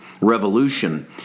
revolution